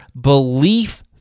belief